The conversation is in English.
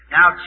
Now